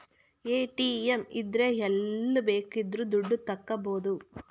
ATM ಇದ್ರೆ ಎಲ್ಲ್ ಬೇಕಿದ್ರು ದುಡ್ಡ ತಕ್ಕಬೋದು